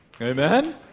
Amen